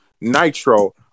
Nitro